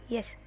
Yes